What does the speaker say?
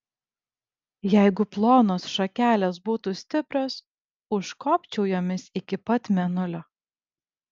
jeigu plonos šakelės būtų stiprios užkopčiau jomis iki pat mėnulio